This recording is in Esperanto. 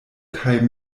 kaj